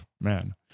Man